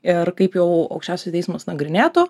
ir kaip jau aukščiausias teismas nagrinėtų